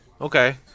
Okay